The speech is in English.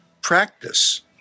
practice